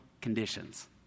conditions